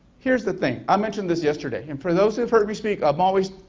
here's the thing, i mentioned this yesterday and for those who've heard me speak i'm always